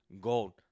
gold